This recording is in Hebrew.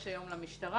מה אני רוצה להציע.